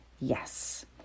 Yes